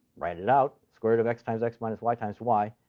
write it out sort of x times x minus y times y.